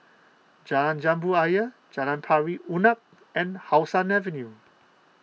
Jalan Jambu Ayer Jalan Pari Unak and How Sun Avenue